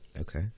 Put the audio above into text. okay